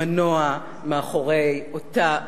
המנוע מאחורי אותה רפורמה,